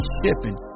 shipping